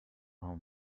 home